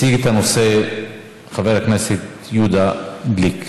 יציג את הנושא חבר הכנסת יהודה גליק.